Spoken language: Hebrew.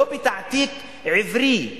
לא בתעתיק עברי.